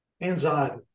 Anxiety